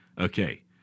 Okay